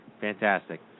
Fantastic